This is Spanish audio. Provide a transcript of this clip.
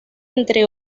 entre